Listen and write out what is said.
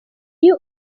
iyo